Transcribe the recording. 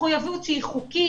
מחויבות שהיא חוקית,